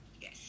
Yes